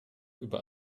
über